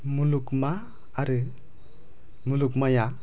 मुलुगमा आरो मुलुगमाया